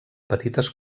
petites